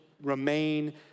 remain